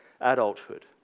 adulthood